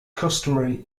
customary